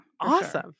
Awesome